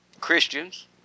Christians